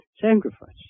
sacrifice